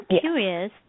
curious